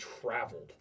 traveled